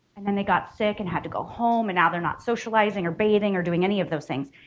and then they got sick and had to go home and now they're not socializing or bathing or doing any of those things.